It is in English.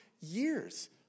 years